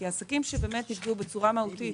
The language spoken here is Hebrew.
כי עסקים שבאמת נפגעו בצורה מהותית